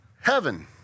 heaven